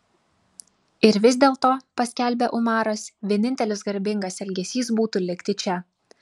ir vis dėlto paskelbė umaras vienintelis garbingas elgesys būtų likti čia